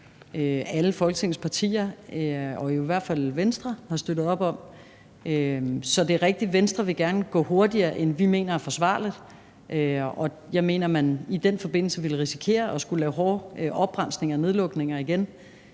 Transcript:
alle Folketingets partier og jo i hvert fald Venstre har støttet op om. Det er rigtigt, at Venstre gerne vil gå hurtigere, end vi mener er forsvarligt. Jeg mener, at man i den forbindelse ville risikere at skulle lave hårde opbremsninger og nedlukninger igen,